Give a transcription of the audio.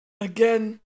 Again